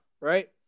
right